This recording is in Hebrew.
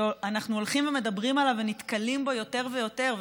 שאנחנו הולכים ומדברים עליו ונתקלים בו יותר ויותר,